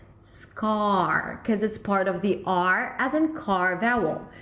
scaar because it's part of the r as in car vowel,